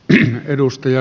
vihreä edustaja